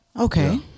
Okay